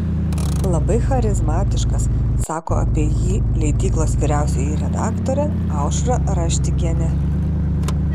labai charizmatiškas sako apie jį leidyklos vyriausioji redaktorė aušra raštikienė